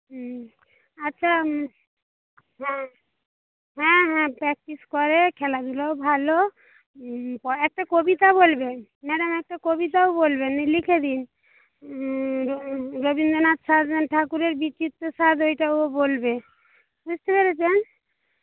হুম আচ্ছা হ্যাঁ হ্যাঁ হ্যাঁ প্র্যাকটিস করে খেলাধুলাও ভালো একটা কবিতা বলবে ম্যাডাম একটা কবিতাও বলবে লিখে দিন রবীন্দ্রনাথ ঠাকুরের বিচিত্র সাধ এইটা ও বলবে বুঝতে পেরেছেন